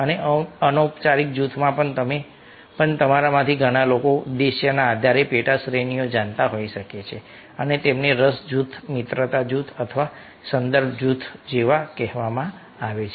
અને અનૌપચારિક જૂથમાં પણ તમારામાંથી ઘણા લોકો ઉદ્દેશ્યના આધારે પેટા શ્રેણીઓ જાણતા હોઈ શકે છે અને તેમને રસ જૂથ મિત્રતા જૂથ અથવા સંદર્ભ જૂથ જેવા કહેવામાં આવે છે